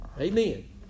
Amen